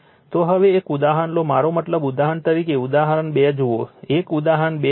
તો હવે એક ઉદાહરણ લો મારો મતલબ ઉદાહરણ તરીકે ઉદાહરણ 2 જુઓ એ જ ઉદાહરણ 2 જુઓ